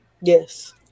Yes